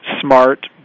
smart